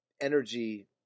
energy